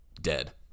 dead